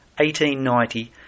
1890